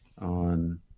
on